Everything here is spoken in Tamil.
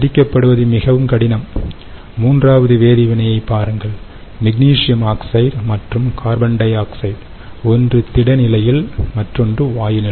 பிரிக்கப்படுவது மிகவும் கடினம் மூன்றாவது வேதிவினையைப் பாருங்கள் மெக்னீசியம் ஆக்சைடு மற்றும் கார்பன் டை ஆக்சைடு ஒன்று திட நிலையில் மற்றொன்று வாயு